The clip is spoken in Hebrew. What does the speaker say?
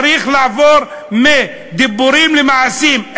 צריך לעבור מדיבורים למעשים.